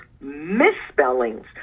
misspellings